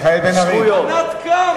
אדוני היושב-ראש, ובצדק, זכויות.